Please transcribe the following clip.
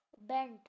Bent